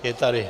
Je tady.